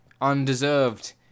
undeserved